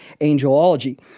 angelology